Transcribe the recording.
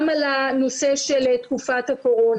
גם על הנושא של תקופת הקורונה.